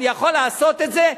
אני יכול לעשות את זה,